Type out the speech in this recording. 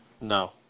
No